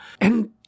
And-